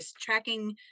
tracking